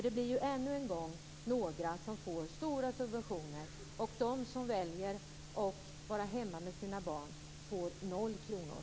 Det blir ju ännu en gång några som får stora subventioner, och de som väljer att vara hemma med sina barn får noll kronor.